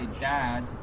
dad